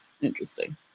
interesting